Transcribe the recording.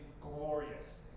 glorious